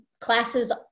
classes